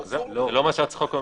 זה לא מה שהחוק אומר.